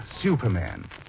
Superman